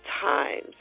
times